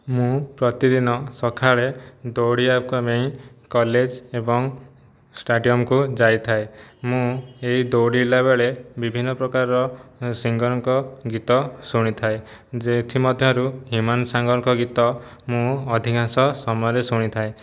ମୁଁ ପ୍ରତିଦିନ ସକାଳେ ଦୌଡ଼ିବାକୁ ଆମେ କଲେଜ ଏବଂ ଷ୍ଟାଡ଼ିୟମକୁ ଯାଇଥାଏ ମୁଁ ଏହି ଦୌଡ଼ିଲା ବେଳେ ବିଭିନ୍ନପ୍ରକାର ସିଙ୍ଗରଙ୍କ ଗୀତ ଶୁଣିଥାଏ ଯେ ଏଥିମଧ୍ୟରୁ ହ୍ୟୁମାନ ସାଗରଙ୍କ ଗୀତ ମୁଁ ଅଧିକାଂଶ ସମୟରେ ଶୁଣିଥାଏ